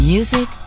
Music